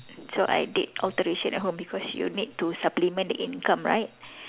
so I did alteration at home because you need to supplement the income right